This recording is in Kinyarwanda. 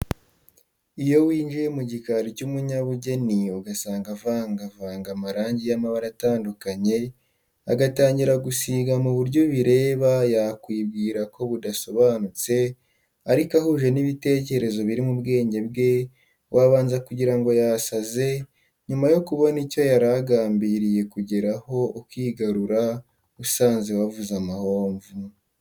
Iyo winjiye mu gikari cy'umunyabugeni ugasanga avangavanga amarangi y'amabara atandukanye, agatangira gusiga mu buryo ubireba yakwibwira ko budasobanutse, ariko ahuje n'ibitekerezo biri mu bwenge bwe; wabanza kugira ngo yasaze, nyuma yo kubona icyo yari agambiriye kugeraho ukigarura usanze wavuze amahomvu.